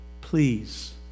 Please